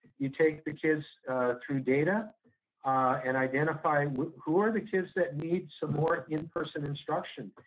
you take the kids through data and identify who are the kids that need some more in-person instruction.